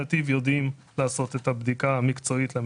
נתיב יודעים לעשות את הבדיקה המקצועית.